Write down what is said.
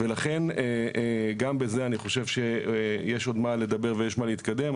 ולכן גם בזה אני חושב שיש עוד מה לדבר ויש מה להתקדם.